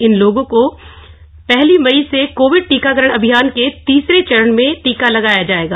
इन लोगों को पहली मई से कोविड टीकाकरण अभियान के तीसरे चरण में टीका लगाया जाएगा